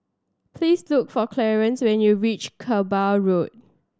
please look for Clarance when you reach Kerbau Road